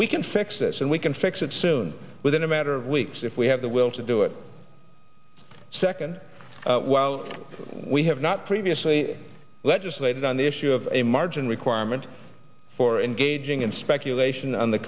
we can fix this and we can fix it soon within a matter of weeks if we have the will to do it second while we have not previously legislated on the issue of a margin requirement for engaging in speculation on the